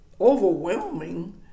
Overwhelming